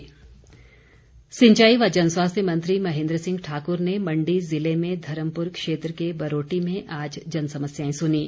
महेन्द्र सिंह सिंचाई व जन स्वास्थ्य मंत्री महेन्द्र सिंह ठाक्र ने मण्डी जिले में धर्मपुर क्षेत्र के बरोटी में आज जनसमस्याएं सुनीं